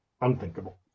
unthinkable